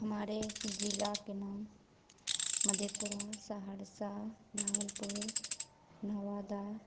हमारे जिला के मधेपुरा सहरसा भागलपुर नवादा